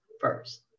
first